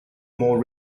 more